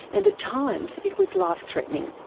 and at times it was life threatening.